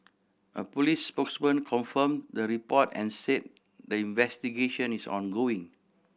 a police spokesman confirm the report and say the investigation is ongoing